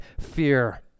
fear